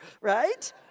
right